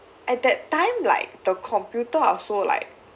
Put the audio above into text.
at that time like the computer also like